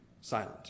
silent